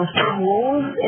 tools